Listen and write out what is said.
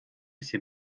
ces